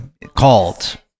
called